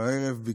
הערב,